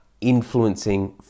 influencing